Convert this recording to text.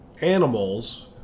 animals